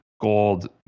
gold